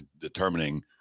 determining